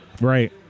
Right